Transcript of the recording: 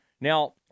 Now